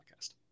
podcast